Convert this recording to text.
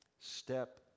step